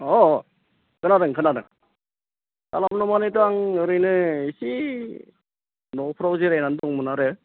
अ खोनादों खोनादों दा माबोरै दं माने दा आं ओरैनो इसे न'फ्राव जिरायनानै दंमोन आरो